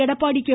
Edappadi K